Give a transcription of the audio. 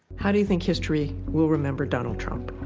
how do you think history will remember donald trump?